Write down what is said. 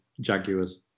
Jaguars